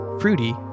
fruity